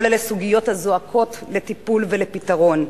כל אלה סוגיות הזועקות לטיפול ולפתרון,